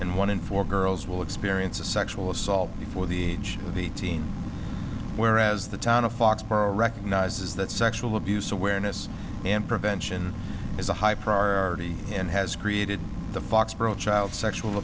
and one in four girls will experience a sexual assault before the age of the teen whereas the town of foxborough recognizes that sexual abuse awareness and prevention is a high priority and has created the foxborough child sexual